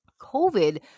covid